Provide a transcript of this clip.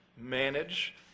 manage